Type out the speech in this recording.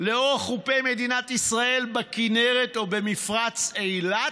לאורך חופי מדינת ישראל, בכינרת או במפרץ אילת,